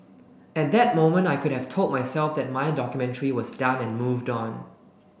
at that moment I could have told myself that my documentary was done and moved on